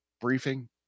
briefing